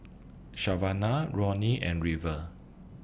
Savana Ronnie and River